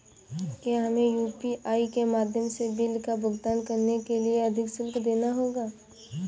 क्या हमें यू.पी.आई के माध्यम से बिल का भुगतान करने के लिए अधिक शुल्क देना होगा?